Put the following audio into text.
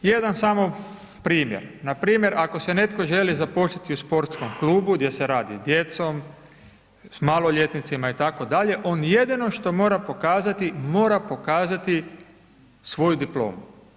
Jedan samo primjer, npr. ako se netko želi zaposliti u sportskom klubu gdje se radi s djecom, s maloljetnicima itd., on jedino što mora pokazati, mora pokazati svoju diplomu.